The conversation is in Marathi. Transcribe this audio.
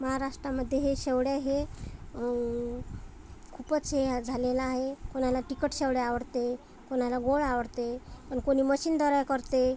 महाराष्ट्रामध्ये हे शेवड्या हे खूपच हे झालेलं आहे कोणाला तिखट शेवड्या आवडते कोणाला गोळ आवडते आणि कोणी मशीनदऱ्या करते